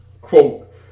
quote